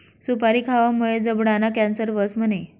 सुपारी खावामुये जबडाना कॅन्सर व्हस म्हणे?